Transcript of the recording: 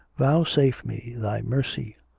vouchsafe me thy mercy,